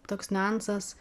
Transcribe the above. toks niuansas